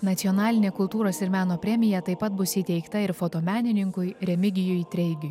nacionalinė kultūros ir meno premija taip pat bus įteikta ir fotomenininkui remigijui treigiui